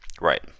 Right